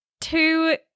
two